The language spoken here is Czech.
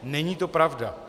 Není to pravda.